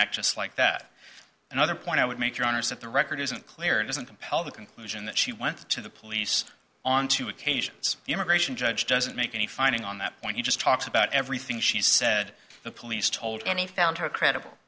not just like that another point i would make your honor set the record isn't clear doesn't compel the conclusion that she went to the police on two occasions the immigration judge doesn't make any finding on that one you just talked about everything she said the police told any found her credible